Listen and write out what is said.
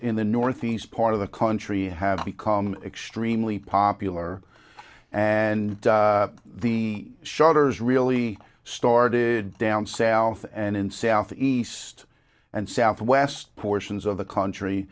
in the northeast part of the country had become extremely popular and the shutters really started down south and in southeast and southwest portions of the country